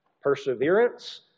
Perseverance